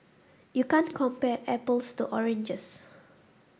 you can't compare apples to oranges